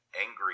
angry